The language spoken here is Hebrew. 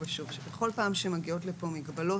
שבכל פעם שמגיעות לכאן מגבלות,